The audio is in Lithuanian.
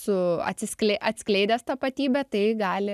su atsisklei atskleidęs tapatybę tai gali